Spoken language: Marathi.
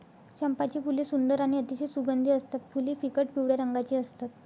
चंपाची फुले सुंदर आणि अतिशय सुगंधी असतात फुले फिकट पिवळ्या रंगाची असतात